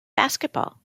basketball